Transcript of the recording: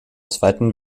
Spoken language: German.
zweiten